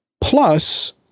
plus